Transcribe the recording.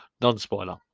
non-spoiler